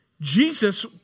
Jesus